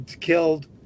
killed